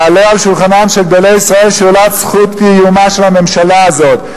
תעלה על שולחנם של גדולי ישראל שאלת זכות קיומה של הממשלה הזאת.